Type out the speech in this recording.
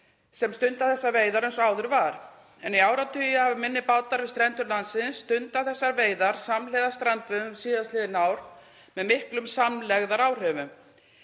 sem stunda þessar veiðar eins og áður var, en í áratugi hafa minni bátar við strendur landsins stundað þessar veiðar samhliða strandveiðum síðastliðin ár með miklum samlegðaráhrifum.